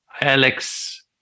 Alex